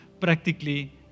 practically